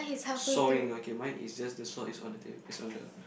sawing okay mine is just the saw is on the table is on the